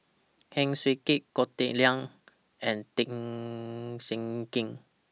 Heng Swee Keat Goh Teck Sian and Tan Jiak Kim